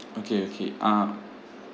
okay okay uh